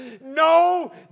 No